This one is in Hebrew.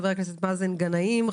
חבר הכנסת מאזן גנאים,